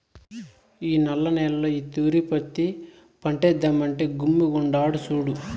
మా నల్ల నేల్లో ఈ తూరి పత్తి పంటేద్దామంటే గమ్ముగుండాడు సూడు